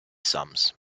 sums